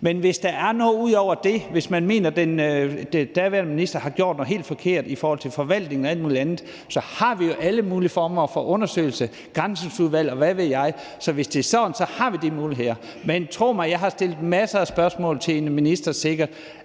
Men hvis der er noget ud over det, eller hvis man mener, at den daværende minister har gjort noget helt forkert i forhold til forvaltningen og alt muligt andet, har vi jo alle mulige former for undersøgelser, et Granskningsudvalg, og hvad ved jeg. Så hvis det er sådan, har vi de muligheder. Men tro mig, jeg har stillet masser af spørgsmål til en minister: Er